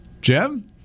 Jim